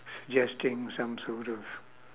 suggesting some sort of